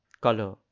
color